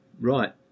Right